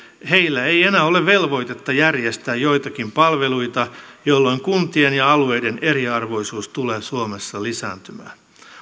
heillä ei enää ole velvoitetta järjestää joitakin palveluita jolloin kuntien ja alueiden eriarvoisuus tulee suomessa lisääntymään